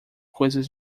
coisas